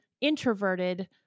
introverted